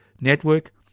Network